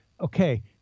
okay